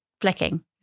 flicking